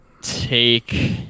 take